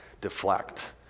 deflect